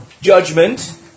judgment